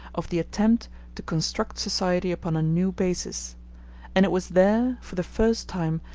of the attempt to construct society upon a new basis and it was there, for the first time,